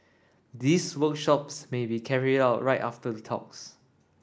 these workshops may be carried out right after the talks